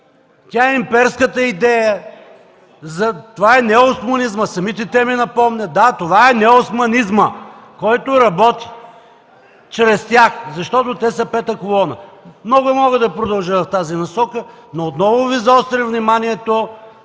тя е имперската идея. (Реплики от ДПС.) Тя е неоосманизмът – самите те ми напомнят. Да, това е неоосманизмът, който работи чрез тях, защото те са пета колона. Много мога да продължа в тази насока, но отново Ви изострям вниманието: